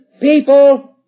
people